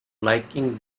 liking